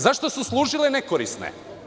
Zašta su služile nekorisne?